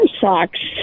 socks